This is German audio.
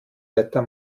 wetter